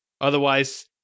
otherwise